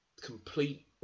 complete